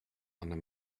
under